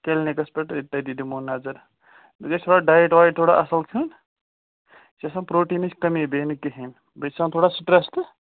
کِلنِکَس پٮ۪ٹھ أ تٔتی دِمو نظر بیٚیہِ گژھِ تھوڑا ڈایِٹ وایِٹ تھوڑا اَصٕل کھیوٚن یہِ چھِ آسان پرٛوٹیٖنٕچ کٔمی بیٚیہِ نہٕ کِہیٖنۍ بیٚیہِ چھِ آسان تھوڑا سِٹرٛٮ۪س تہٕ